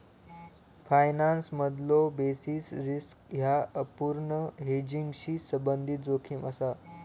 फायनान्समधलो basis risk ह्या अपूर्ण हेजिंगशी संबंधित जोखीम असा